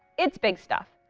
it's big stuff.